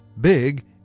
big